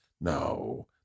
no